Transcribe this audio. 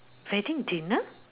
wedding dinner